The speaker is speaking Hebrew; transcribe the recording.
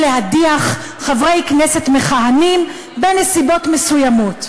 אפשר להדיח חברי כנסת מכהנים בנסיבות מסוימות.